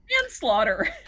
manslaughter